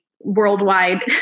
worldwide